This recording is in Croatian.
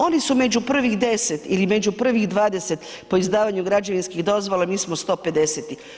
Oni su među prvih 10 ili među prvih 20 po izdavanju građevinskih dozvola, mi smo 150.